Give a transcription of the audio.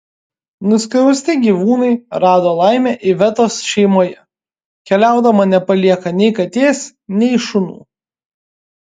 nuskriausti gyvūnai rado laimę ivetos šeimoje keliaudama nepalieka nei katės nei šunų